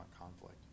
conflict